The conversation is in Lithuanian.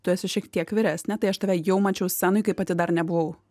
tu esi šiek tiek vyresnė tai aš tave jau mačiau scenoj kai pati dar nebuvau